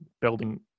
building